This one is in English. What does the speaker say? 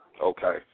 Okay